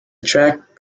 track